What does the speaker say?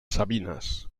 sabinas